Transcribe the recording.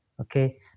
okay